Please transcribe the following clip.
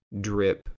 drip